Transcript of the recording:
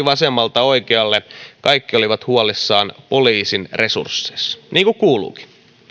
vasemmalta oikealle kaikki olivat huolissaan poliisin resursseista niin kuin kuuluukin